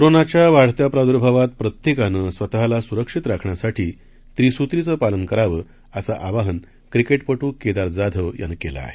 कोरोनाच्या वाढत्या प्रादूर्भावात प्रत्येकानं स्वतःला सुरक्षित राखण्यासाठी त्रूसुत्रीचं पालन करावं असं आवाहन क्रिकेटपटू केदार जाधव यानं केलं आहे